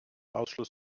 ausschluss